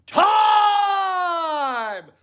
time